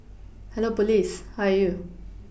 hello police how are you